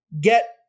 get